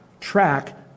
track